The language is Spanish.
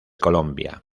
colombia